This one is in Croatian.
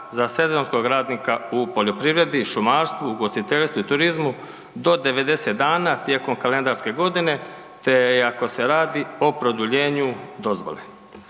za sezonskog radnika u poljoprivredi, šumarstvu, ugostiteljstvu i turizmu do 90 dana tijekom kalendarske godine te i ako se radi o produljenju dozvole.